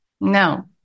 No